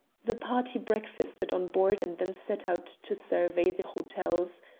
the party breakfasted on board and then set out to survey the hotels.